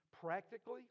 Practically